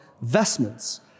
vestments